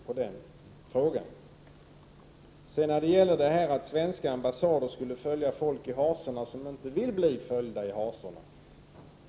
Som ledamot i bl.a. utrikesutskottet måste jag reagera inför detta med att svenska ambassader skulle följa folk som inte vill bli följda i hasorna.